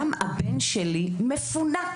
גם הילד שלי מפונק.